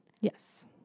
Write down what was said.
Yes